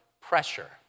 pressure